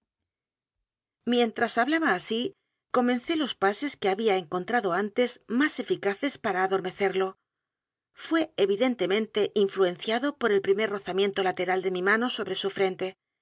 mientras hablaba así comencé los pases que había encontrado antes más eficaces p a r a adormecerlo f u é evidentemente influenciado por el primer rozamiento lateral de mi mano sobre su frente